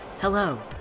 Hello